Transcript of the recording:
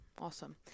awesome